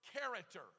character